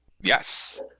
yes